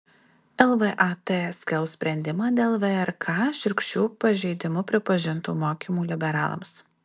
lvat skelbs sprendimą dėl vrk šiurkščiu pažeidimu pripažintų mokymų liberalams